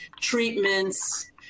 treatments